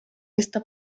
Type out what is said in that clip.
esta